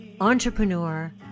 entrepreneur